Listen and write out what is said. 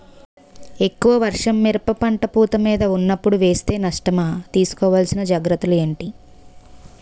ఎక్కువ వర్షం మిరప పంట పూత మీద వున్నపుడు వేస్తే నష్టమా? తీస్కో వలసిన జాగ్రత్తలు ఏంటి?